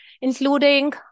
including